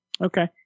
okay